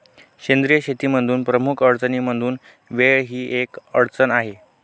सेंद्रिय शेतीमध्ये प्रमुख अडचणींमधून वेळ ही एक अडचण आहे